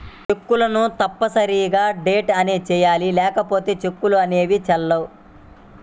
చెక్కును తప్పనిసరిగా డేట్ ని వెయ్యాలి లేకపోతే చెక్కులు అనేవి చెల్లవు